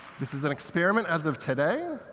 this is an experiment, as of today,